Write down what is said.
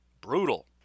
Brutal